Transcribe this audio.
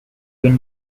been